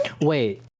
Wait